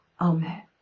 amen